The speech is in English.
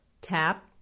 Tap